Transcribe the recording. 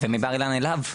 ומבר אילן אליו.